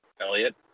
Elliot